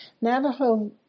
Navajo